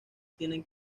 tienen